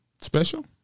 special